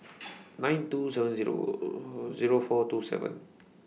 nine two seven Zero Zero four two seven